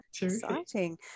exciting